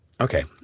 Okay